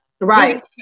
Right